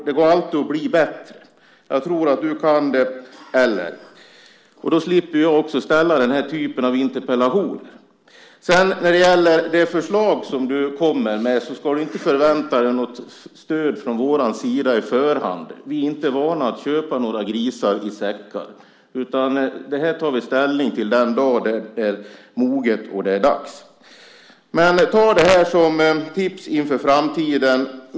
Det kan alltid bli bättre, och jag tror att du kan det också. Då slipper jag ställa den här typen av interpellationer. När det gäller de förslag som du kommer med ska du inte förvänta dig något stöd från vår sida på förhand. Vi är inte vana att köpa några grisar i säcken. Vi tar ställning till dem den dag tiden är mogen och det är dags. Men ta det här som tips inför framtiden.